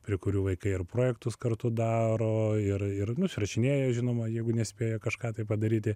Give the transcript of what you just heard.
prie kurių vaikai ir projektus kartu daro ir ir nusirašinėja žinoma jeigu nespėja kažką tai padaryti